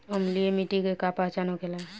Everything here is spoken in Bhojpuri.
अम्लीय मिट्टी के का पहचान होखेला?